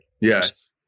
Yes